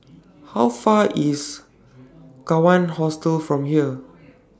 How Far IS Kawan Hostel from here